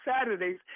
Saturdays